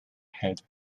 head